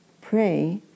pray